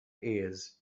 ears